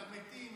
את המתים,